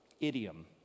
idiom